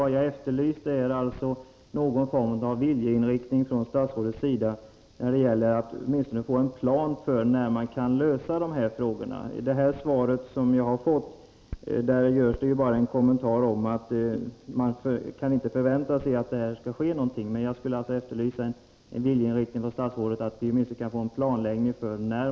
Vad jag efterlyser är någon form av viljeyttring från statsrådets sida när det gäller att åtminstone få fram en plan för när man kan lösa dessa frågor. I det svar som jag har fått görs det bara en kommentar om att man inte kan förvänta sig att det skall ske någonting.